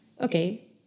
Okay